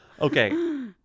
Okay